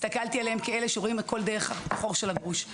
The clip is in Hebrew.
הסתכלתי עליהם כאלה שרואים הכול דרך החור של הגרוש,